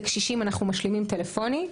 לקשישים אנחנו משלימים טלפונית.